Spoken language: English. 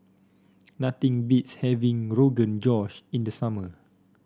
nothing beats having Rogan Josh in the summer